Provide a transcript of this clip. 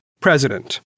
president